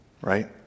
right